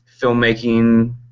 filmmaking